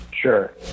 Sure